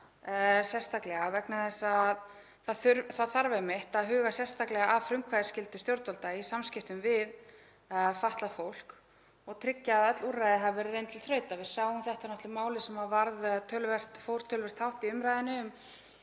sérstaklega vegna þess að það þarf einmitt að huga sérstaklega að frumkvæðisskyldu stjórnvalda í samskiptum við fatlað fólk og tryggja að öll úrræði hafi verið reynd til þrautar. Við sáum þetta í máli sem fór töluvert hátt í umræðunni